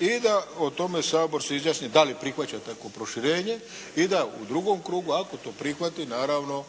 i da o tome Sabor se izjasni da li prihvaća takvo proširenje i da u drugom krugu ako to prihvati naravno,